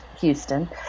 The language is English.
Houston